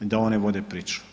I da oni vode priču.